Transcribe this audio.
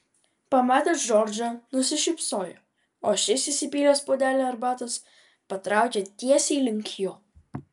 pamatęs džordžą nusišypsojo o šis įsipylęs puodelį arbatos patraukė tiesiai link jo